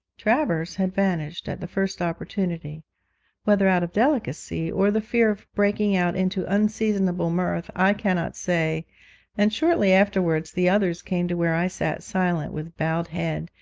travers had vanished at the first opportunity whether out of delicacy, or the fear of breaking out into unseasonable mirth, i cannot say and shortly afterwards the others came to where i sat silent with bowed head,